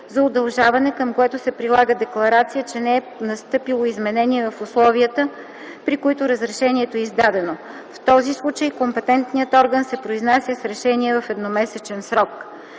за удължаване, към което се прилага декларация, че не е настъпило изменение в условията, при които разрешението е издадено. В този случай компетентният орган се произнася с решение в едномесечен срок.